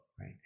right